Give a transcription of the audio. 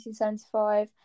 1975